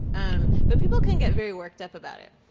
but people can get very worked up about it.